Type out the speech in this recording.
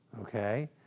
okay